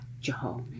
Jehovah